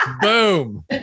boom